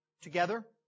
together